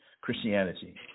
Christianity